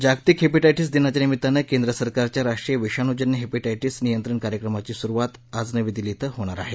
जागतिक हेपिटायटिस दिनाच्या निमित्तानं केंद्र सरकारच्या राष्ट्रीय विषाणूजन्य हेपिटायटिस नियंत्रण कार्यक्रमाची सुरुवात आज नवी दिल्ली इथं होणार आहे